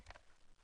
הישיבה ננעלה בשעה